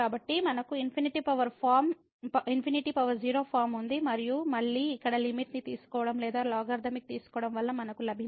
కాబట్టి మనకు ∞0 ఫార్మ్ ఉంది మరియు మళ్ళీ ఇక్కడ లిమిట్ ని తీసుకోవడం లేదా లాగరిథమిక్ తీసుకోవడం వల్ల మనకు లభించేది